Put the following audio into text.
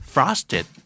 Frosted